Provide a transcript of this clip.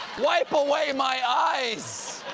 wipe away my eyes!